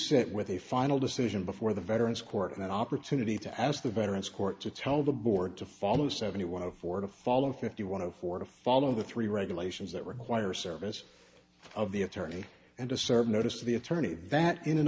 set with a final decision before the veterans court an opportunity to ask the veterans court to tell the board to follow seventy one of four to follow fifty one of four to follow the three regulations that require service of the attorney and a serve notice to the attorney that in